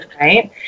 Right